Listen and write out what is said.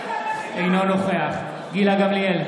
אינו נוכח גילה גמליאל,